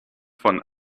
von